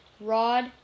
Rod